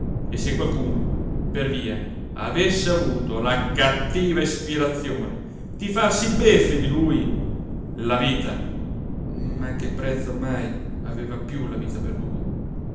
e se qualcuno per via avesse avuto la cattiva ispirazione di farsi beffe di lui la vita ma che prezzo ormai aveva più la vita per lui